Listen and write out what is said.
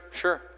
sure